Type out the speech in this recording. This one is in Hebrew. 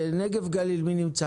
נגב גליל, מי נמצא?